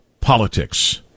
politics